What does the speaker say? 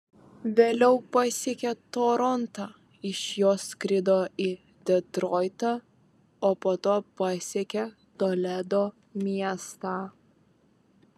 vėliau pasiekė torontą iš jo skrido į detroitą o po to pasiekė toledo miestą